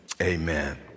amen